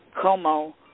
Como